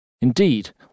Indeed